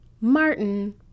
Martin